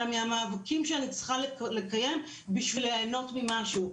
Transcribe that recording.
אלא מהמאבקים שאני צריכה לקיים בשביל ליהנות ממשהו.